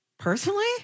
Personally